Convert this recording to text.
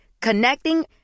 Connecting